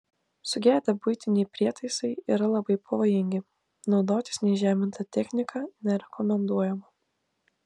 sugedę buitiniai prietaisai yra labai pavojingi naudotis neįžeminta technika nerekomenduojama